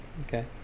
Okay